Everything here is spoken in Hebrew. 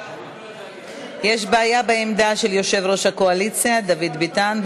יש בעיה בעמדה של יושב-ראש הקואליציה דוד ביטן.